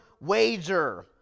wager